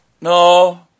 No